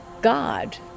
God